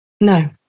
No